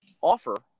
offer